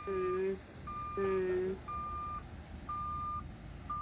अं अं